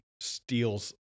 steals